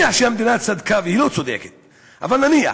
נניח